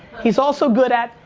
he's also good at,